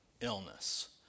illness